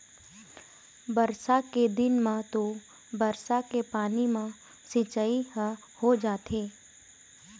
बरसा के दिन म तो बरसा के पानी म सिंचई ह हो जाथे